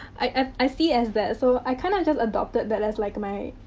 i i see as that. so, i kind of just adopted that as like my.